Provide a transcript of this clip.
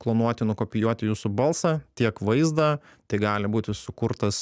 klonuoti nukopijuoti jūsų balsą tiek vaizdą tai gali būti sukurtas